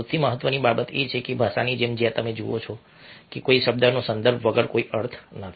સૌથી મહત્વની બાબત એ છે કે ભાષાની જેમ જ્યાં તમે જુઓ છો કે કોઈ શબ્દનો સંદર્ભ વગર કોઈ અર્થ નથી